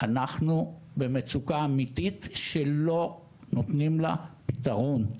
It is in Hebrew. אנחנו במצוקה אמיתית שלא נותנים לה פתרון.